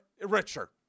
richer